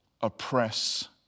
oppress